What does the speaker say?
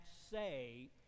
say